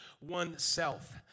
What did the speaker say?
oneself